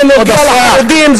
זה נוגע לחרדים,